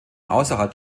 außerhalb